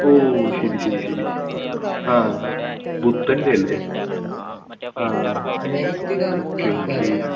ഓ ശരി ശരി ശരി ആ ബുദ്ധൻറ്റെയല്ലേ ആ ഓക്കെ ഓക്കേ